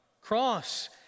cross